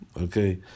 Okay